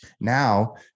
now